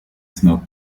smoke